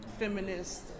Feminist